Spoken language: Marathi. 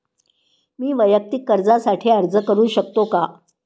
मी वैयक्तिक कर्जासाठी अर्ज करू शकतो का?